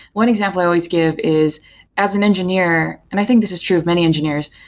one example i always give is as an engineer and i think this is true of many engineers,